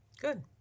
Good